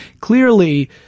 Clearly